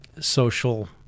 social